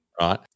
Right